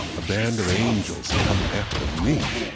a band of angels coming after me,